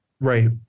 Right